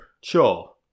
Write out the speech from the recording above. Sure